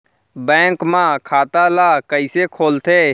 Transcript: Bank म खाता ल कइसे खोलथे?